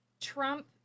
Trump